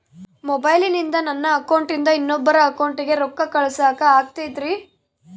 ಮೊಬೈಲಿಂದ ನನ್ನ ಅಕೌಂಟಿಂದ ಇನ್ನೊಬ್ಬರ ಅಕೌಂಟಿಗೆ ರೊಕ್ಕ ಕಳಸಾಕ ಆಗ್ತೈತ್ರಿ?